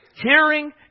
hearing